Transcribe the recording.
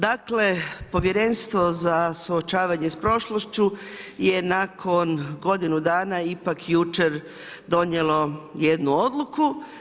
Dakle, Povjerenstvo za suočavanje s prošlošću je nakon godinu dana ipak jučer donijelo jednu odluku.